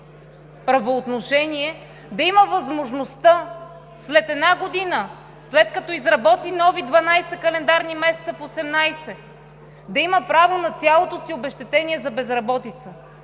правоотношение, да има възможността след една година, след като изработи нови 12 календарни месеца в 18, да има право на цялото си обезщетение за безработица.